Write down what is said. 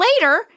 later